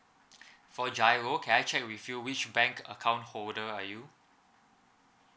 for giro can I check with you which bank account holder are you